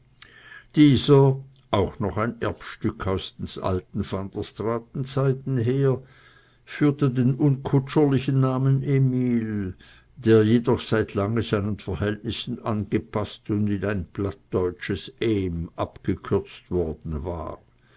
dieser auch noch ein erbstück aus des alten van der straaten zeiten her führte den unkutscherlichen namen emil der jedoch seit lange seinen verhältnissen angepaßt und in ein plattdeutsches ehm abgekürzt worden war